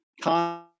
con